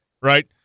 Right